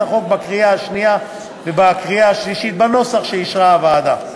החוק בקריאה שנייה ובקריאה שלישית בנוסח שאישרה הוועדה.